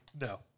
No